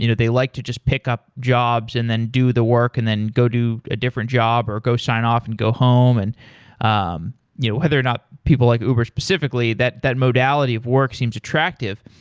you know they like to just pick up jobs and then do the work and then go do a different job or go sign off and go home. and um yeah whether or not people like uber specifically, that that modality of work seems attractive.